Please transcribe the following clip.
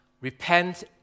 Repent